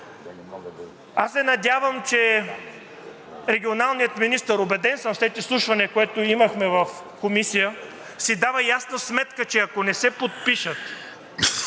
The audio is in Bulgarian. Аз се надявам, че регионалният министър, убеден съм, след изслушване, което имахме в Комисия, си давам ясна сметка, че ако не се подпишат